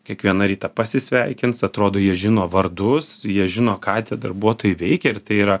kiekvieną rytą pasisveikins atrodo jie žino vardus jie žino ką tie darbuotojai veikia ir tai yra